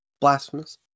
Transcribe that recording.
Blasphemous